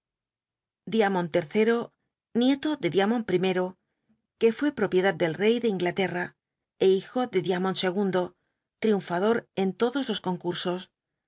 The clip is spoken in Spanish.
diamond iii nieto de diamond i que fué propiedad del rey de inglaterra é hijo de diamond ii triunfador en todos los concursos